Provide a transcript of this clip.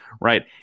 Right